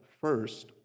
first